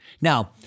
Now